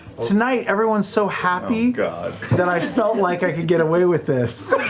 tonight, everyone's so happy that i felt like i could get away with this.